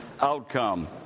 outcome